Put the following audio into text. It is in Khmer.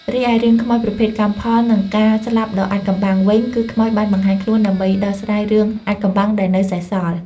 រីឯរឿងខ្មោចប្រភេទ កម្មផល និងការស្លាប់ដ៏អាថ៌កំបាំងវិញ គឺខ្មោចបានបង្ហាញខ្លួនដើម្បីដោះស្រាយរឿងអាថ៌កំបាំងដែលនៅសេសសល់។